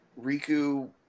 Riku